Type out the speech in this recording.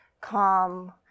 calm